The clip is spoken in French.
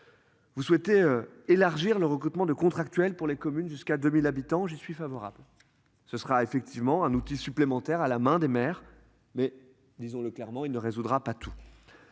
Vous souhaitez élargir le recrutement de contractuels pour les communes jusqu'à 2000 habitants. J'y suis favorable. Ce sera effectivement un outil supplémentaire à la main des maires mais disons-le clairement, il ne résoudra pas tout.